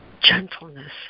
gentleness